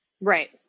Right